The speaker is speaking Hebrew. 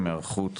היערכות